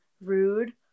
rude